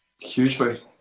Hugely